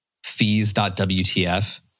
fees.wtf